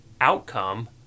outcome